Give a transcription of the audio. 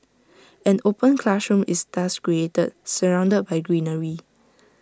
an open classroom is thus created surrounded by greenery